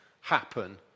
happen